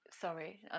sorry